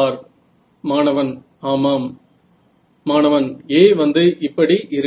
आपण FEM घेऊयात